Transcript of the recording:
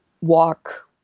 walk